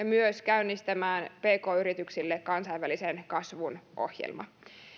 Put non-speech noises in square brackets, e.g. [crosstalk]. [unintelligible] myös käynnistämään pk yrityksille kansainvälisen kasvun ohjelma